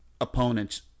opponents